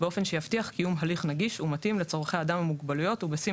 באופן שיבטיח קיום הליך נגיש ומתאים לצרכי אדם עם מוגבלות ובשים